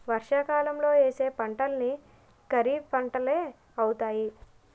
వర్షాకాలంలో యేసే పంటలన్నీ ఖరీఫ్పంటలే అవుతాయి